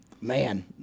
man